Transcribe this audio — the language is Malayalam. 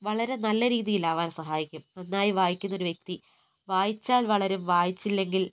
വളരെ നല്ല രീതിയിൽ ആവാൻ സഹായിക്കും നന്നായി വായിക്കുന്നൊരു വ്യക്തി വായിച്ചാൽ വളരും വായിച്ചില്ലെങ്കിൽ